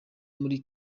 muri